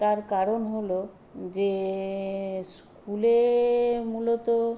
তার কারণ হলো যে স্কুলে মূলত